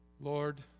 Lord